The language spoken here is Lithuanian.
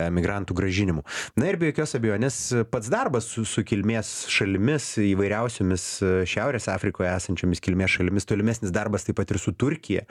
emigrantų grąžinimu na ir be jokios abejonės pats darbas su su kilmės šalimis įvairiausiomis šiaurės afrikoj esančiomis kilmės šalimis tolimesnis darbas taip pat ir su turkija